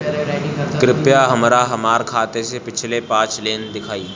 कृपया हमरा हमार खाते से पिछले पांच लेन देन दिखाइ